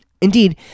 Indeed